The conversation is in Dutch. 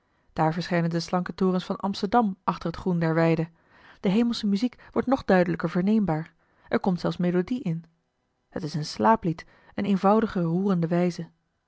daar verschijnen de slanke torens van amsterdam achter het groen der weide de hemelsche muziek wordt nog duidelijker verneembaar er komt zelfs melodie in het is een slaaplied eene eenvoudige roerende wijze